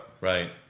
Right